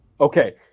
Okay